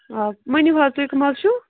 آ ؤنِو حظ تُہۍ کٕم حظ چھُو